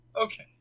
Okay